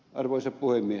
arvoisa puhemies